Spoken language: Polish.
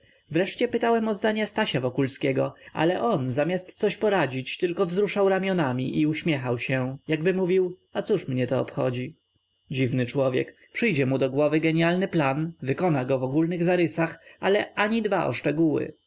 wreszcie pytałem o zdanie stasia wokulskiego ale on zamiast coś poradzić tylko wzruszał ramionami i uśmiechał się jakby mówił a cóż mnie to obchodzi dziwny człowiek przyjdzie mu do głowy genialny plan wykona go w ogólnych zarysach ale ani dba o szczegóły